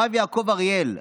הרב יעקב אריאל,